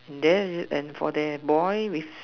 then and for that boy with